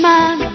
Man